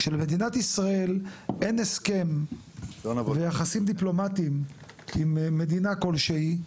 כשלמדינת ישראל אין הסכם ויחסים דיפלומטים עם מדינה כלשהי,